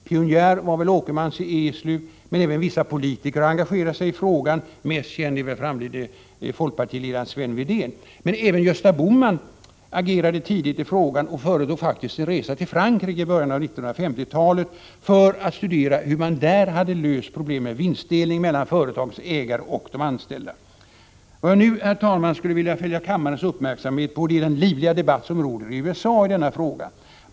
Pionjär var väl Åkermans i Eslöv, men även vissa politiker har engagerat sig i frågan, och mest känd av dem torde framlidne folkpartiledaren Sven Wedén vara. Också Gösta Bohman agerade tidigt i frågan och företog faktiskt en resa till Frankrike i början av 1950-talet för att studera hur man där hade löst problemet med vinstdelning mellan företagets ägare och de anställda. Vad jag nu, herr talman, skulle vilja fästa kammarens uppmärksamhet på är den livliga debatt som förs i USA i denna fråga.